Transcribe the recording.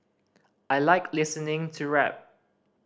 I like listening to rap